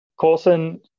Coulson